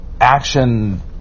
action